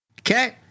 Okay